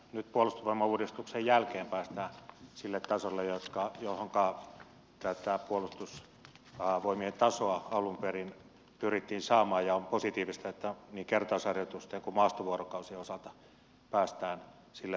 nyt puolustusvoimauudistuksen jälkeen päästään sille tasolle johonka tätä puolustusvoimien tasoa alun perin pyrittiin saamaan ja on positiivista että niin kertausharjoitusten kuin maastovuorokausien osalta päästään sille tavoitetasolle